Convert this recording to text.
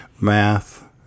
math